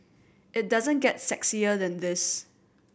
it doesn't get sexier than this